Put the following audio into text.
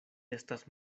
estas